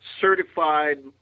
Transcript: Certified